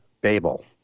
babel